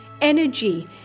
energy